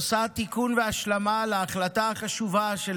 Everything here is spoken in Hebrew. עושה תיקון והשלמה להחלטה החשובה של